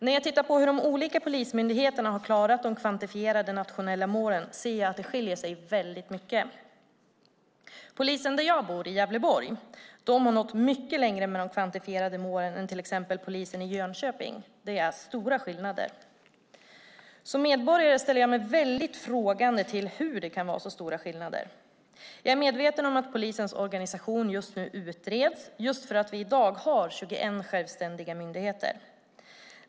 När jag tittar på hur de olika polismyndigheterna har klarat de kvantifierade nationella målen ser jag att det skiljer sig åt mycket. Polisen där jag bor, i Gävleborg, har nått mycket längre med de kvantifierade målen än till exempel polisen i Jönköping. Det är stora skillnader. Som medborgare ställer jag mig frågande till hur det kan vara så stora skillnader. Jag är medveten om att polisens organisation just nu utreds, just för att vi i dag har 21 självständiga myndigheter.